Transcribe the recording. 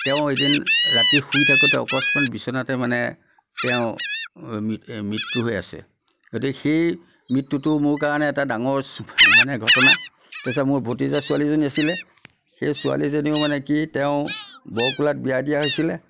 তেওঁ এদিন ৰাতি শুই থাকোতে অকস্মাত বিচনাতে মানে তেওঁ মৃত্যু মৃত্যু হৈ আছে গতিকে সেই মৃত্যুটো মোৰ কাৰণে এটা ডাঙৰ মানে ঘটনা তাৰপিছত মোৰ ভতিজা ছোৱালীজনী আছিলে সেই ছোৱালীজনীও মানে কি তেওঁ বৰকোলাত বিয়া দিয়া হৈছিলে